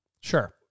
Sure